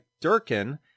Durkin